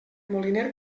moliner